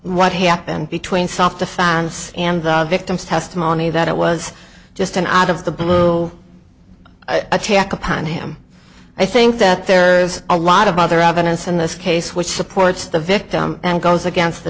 what happened between south the fans and the victim's testimony that it was just an out of the blue attack upon him i think that there is a lot of other evidence in this case which supports the victim and goes against the